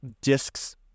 Discs